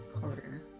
Career